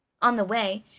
on the way,